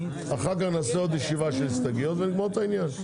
אחר כך נעשה עוד ישיבה של הסתייגויות ונגמור את העניין.